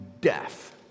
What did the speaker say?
death